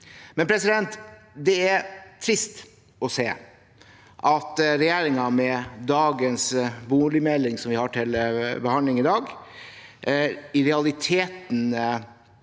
enn i Norge. Det er trist å se at regjeringen med dagens boligmelding, som vi har til behandling i dag, i realiteten